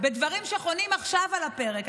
בדברים שחונים עכשיו על הפרק,